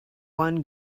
one